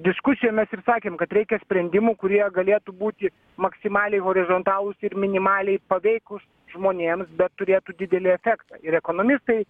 diskusijom mes ir sakėm kad reikia sprendimų kurie galėtų būti maksimaliai horizontalūs ir minimaliai paveikūs žmonėms bet turėtų didelį efektą ir ekonomistai